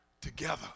together